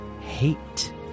hate